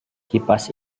kipas